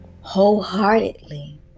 wholeheartedly